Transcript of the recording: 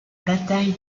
bataille